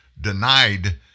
denied